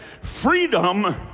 Freedom